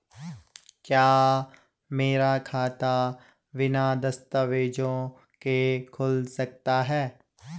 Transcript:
क्या मेरा खाता बिना दस्तावेज़ों के खुल सकता है?